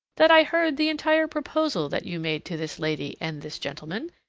that i heard the entire proposal that you made to this lady and this gentleman,